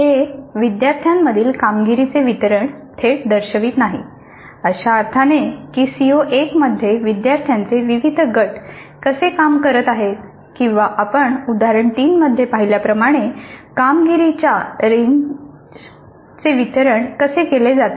हे विद्यार्थ्यांमधील कामगिरीचे वितरण थेट दर्शवित नाही अशा अर्थाने की सीओ 1 मध्ये विद्यार्थ्यांचे विविध गट कसे काम करत आहेत किंवा आपण उदाहरण 3 मध्ये पाहिल्याप्रमाणे कामगिरीच्या रेंजर्सचे वितरण कसे केले जाते